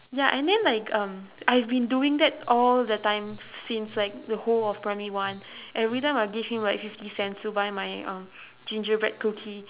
ya and then like um I've been doing that all the time since like the whole of primary one every time I give him like fifty cents to buy my um gingerbread cookie